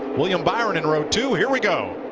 william byron in row two, here we go.